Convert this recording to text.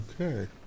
Okay